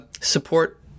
support